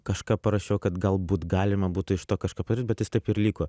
kažką parašiau kad galbūt galima būtų iš to kažką parinkt bet jis taip ir liko